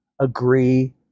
agree